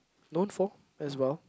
known for as well